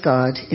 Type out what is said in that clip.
God